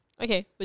Okay